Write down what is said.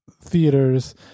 theaters